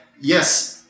yes